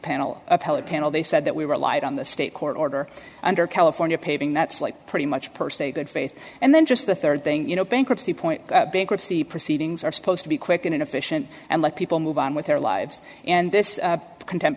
panel appellate panel they said that we relied on the state court order under california paving that's like pretty much per se a good faith and then just the third thing you know bankruptcy point bankruptcy proceedings are supposed to be quick and efficient and let people move on with their lives and this contem